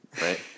Right